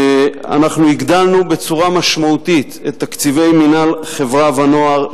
הגדלנו בצורה משמעותית את תקציבי מינהל חברה ונוער,